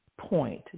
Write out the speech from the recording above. point